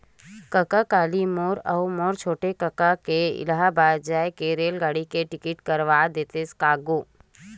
कका काली मोर अऊ मोर छोटे कका के इलाहाबाद जाय के रेलगाड़ी के टिकट करवा देतेस का गो